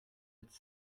its